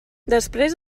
després